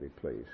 please